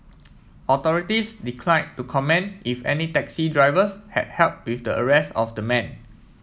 authorities declined to comment if any taxi drivers had help with the arrest of the man